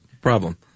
problem